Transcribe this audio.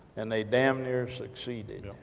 and they damn near succeeded.